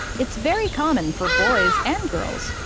it's very common for boys and girls.